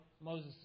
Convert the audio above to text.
Moses